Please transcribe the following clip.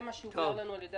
זה מה שהוגדר לנו על ידי